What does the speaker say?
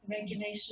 regulation